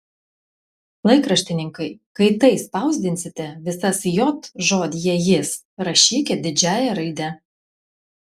laikraštininkai kai tai spausdinsite visas j žodyje jis rašykit didžiąja raide